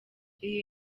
iyi